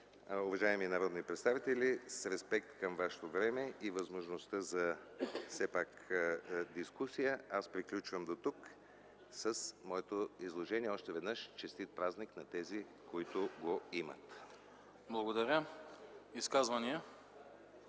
Уважаеми народни представители, с респект към вашето време и възможността за дискусия, аз приключвам дотук с моето изложение. Още веднъж честит празник на тези, които го имат. ПРЕДСЕДАТЕЛ